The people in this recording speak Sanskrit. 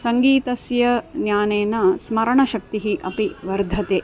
सङ्गीतस्य ज्ञानेन स्मरणशक्तिः अपि वर्धते